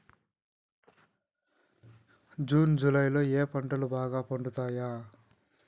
June July లో ఏ పంటలు బాగా పండుతాయా?